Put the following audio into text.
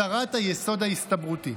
הסרת היסוד ההסתברותי.